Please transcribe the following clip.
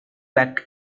act